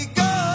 go